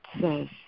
says